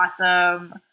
Awesome